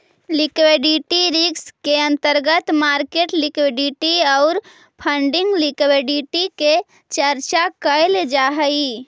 liquidity risk के अंतर्गत market liquidity आउ फंडिंग लिक्विडिटी के चर्चा कैल जा हई